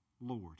Lord